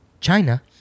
China